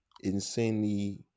insanely